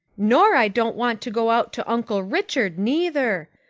nor i don't want to go out to uncle richard neither.